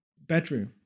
bedroom